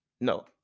No